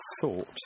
thought